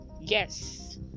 Yes